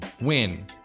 win